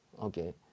okay